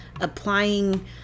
applying